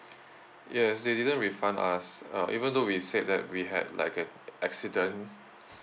yes they didn't refund us uh even though we said that we had like a accident